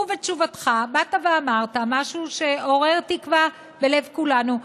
ובתשובתך באת ואמרת משהו שעורר תקווה בלב כולנו.